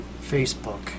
Facebook